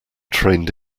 trained